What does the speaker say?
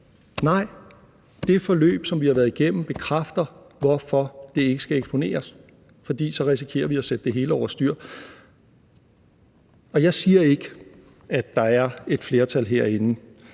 Nej – det forløb, som vi har været igennem, bekræfter, hvorfor det ikke skal eksponeres, fordi vi risikerer så at sætte det hele over styr. Og jeg siger ikke, at der er et flertal herinde,